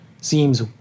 seems